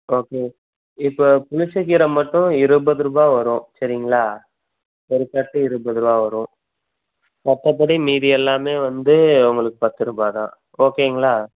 okay இப்போ புளிச்சக்கீரை மட்டும் இருபது ரூபாய் வரும் சரிங்களா ஒரு கட்டு இருபது ரூபாய் வரும் மற்றப்படி மீதி எல்லாமே வந்து உங்களுக்கு பத்து ரூபாய் தான் ஓகேங்களா